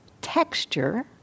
texture